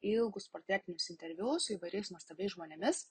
ilgus portretinius interviu su įvairiais nuostabiais žmonėmis